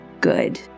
good